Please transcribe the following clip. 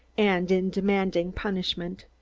and in demanding punishment.